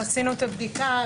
עשינו את הבדיקה.